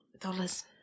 Dollars